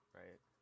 right